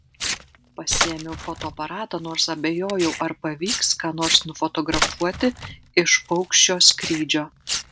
pasiėmiau fotoaparatą nors abejojau ar pavyks ką nors nufotografuoti iš paukščio skrydžio